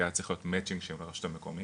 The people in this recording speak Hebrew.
כי היה צריך להיות מצי'נג של הרשות המקומית,